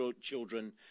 children